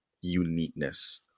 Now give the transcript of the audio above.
uniqueness